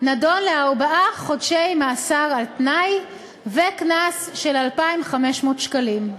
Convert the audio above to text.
נידון לארבעה חודשי מאסר על-תנאי וקנס של 2,500 שקלים.